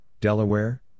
Delaware